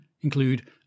include